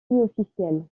officiel